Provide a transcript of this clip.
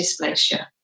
dysplasia